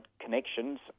connections